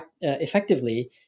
effectively